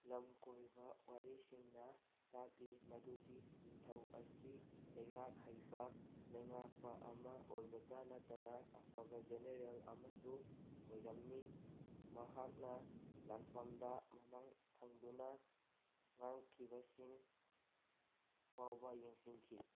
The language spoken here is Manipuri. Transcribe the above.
ꯂꯝꯀꯣꯏꯕ ꯋꯥꯔꯤꯁꯤꯡꯅ ꯇꯥꯛꯂꯤ ꯃꯗꯨꯗꯤ ꯅꯤꯡꯊꯧ ꯑꯁꯤ ꯂꯩꯉꯥꯛ ꯍꯩꯕ ꯂꯩꯉꯥꯛꯄ ꯑꯃ ꯑꯣꯏꯕꯇ ꯅꯠꯇꯅ ꯑꯐꯕ ꯖꯦꯅꯔꯦꯜ ꯑꯃꯁꯨ ꯑꯣꯏꯔꯝꯃꯤ ꯃꯍꯥꯛꯅ ꯂꯥꯟꯐꯝꯗ ꯃꯃꯥꯡꯊꯪꯗꯨꯅ ꯃꯥꯡꯈꯤꯕꯁꯤꯡ ꯐꯥꯎꯕ ꯌꯦꯡꯁꯤꯟꯈꯤ